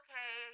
Okay